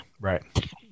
Right